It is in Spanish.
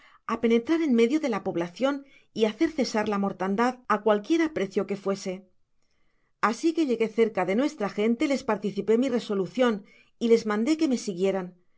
á penetrar en medio de la poblacion y hacer cesar la mortandad á cualquiera precio que fuese asi que llegué cerca de nuestra gente les participó mi resolucion y les mandó que me siguieran